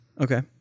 Okay